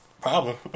problem